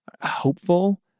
hopeful